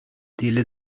тиле